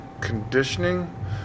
conditioning